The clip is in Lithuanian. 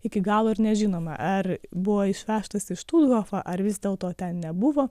iki galo ir nežinome ar buvo išvežtas į štuthofą ar vis dėlto ten nebuvo